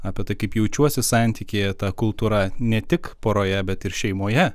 apie tai kaip jaučiuosi santykyje ta kultūra ne tik poroje bet ir šeimoje